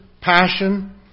passion